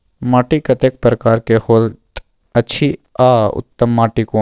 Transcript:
माटी कतेक प्रकार के होयत अछि आ उत्तम माटी कोन?